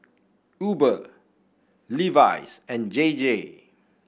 Uber Levi's and J J